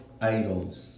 idols